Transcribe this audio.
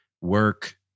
work